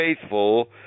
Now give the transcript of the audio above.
faithful